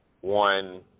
one